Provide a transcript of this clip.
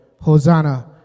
Hosanna